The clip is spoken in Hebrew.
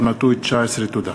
תודה.